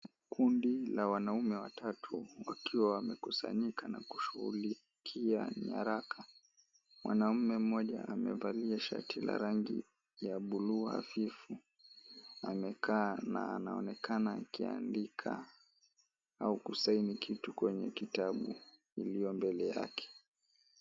Kundi la wanaume watatu wakiwa wamekusanyika na kushugulikia nyaraka, mwanaume mmoja amevalia shati la rangi ya bluu hafifu amekaa na anaonekana akiandika au kusaini kitu kwenye kitabu iliyo mbele yake.